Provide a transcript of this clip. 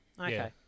okay